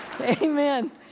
Amen